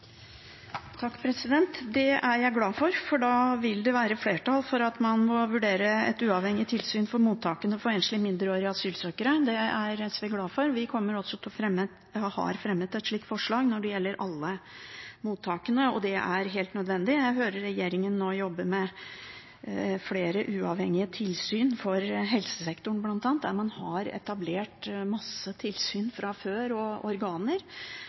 være flertall for å be regjeringen vurdere et uavhengig tilsyn for mottakene for enslige mindreårige asylsøkere. Det er SV glad for. Vi har også fremmet et slikt forslag når det gjelder alle mottakene, og det er helt nødvendig. Jeg hører at regjeringen nå jobber med flere uavhengige tilsyn for helsesektoren, bl.a., der man har etablert mange tilsyn og organer fra før, mens her – i et marked som er, for å si det sånn, selgers marked, og